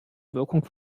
wirkung